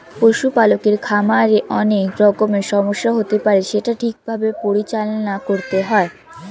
পশু পালকের খামারে অনেক রকমের সমস্যা হতে পারে সেটা ঠিক ভাবে পরিচালনা করতে হয়